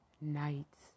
nights